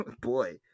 boy